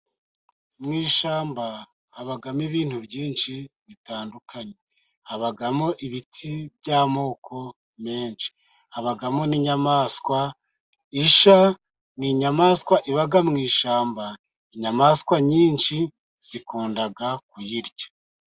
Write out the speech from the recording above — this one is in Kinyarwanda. Mu ishyamba habagamo ibintu byinshi bitandukanye; habagamo ibiti by'amoko menshi, habagamo n'inyamaswa. Isha n'inyamaswa ibaga mu ishyamba inyamaswa nyinshi zikundaga kuyirya.